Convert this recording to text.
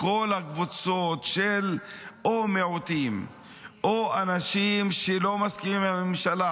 לכל הקבוצות של מיעוטים או אנשים שלא מסכימים עם הממשלה,